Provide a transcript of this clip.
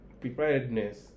preparedness